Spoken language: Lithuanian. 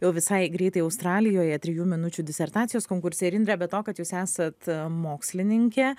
jau visai greitai australijoje trijų minučių disertacijos konkurse ir indre be to kad jūs esat mokslininkė